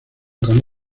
con